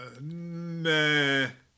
Nah